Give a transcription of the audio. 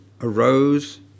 arose